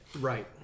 Right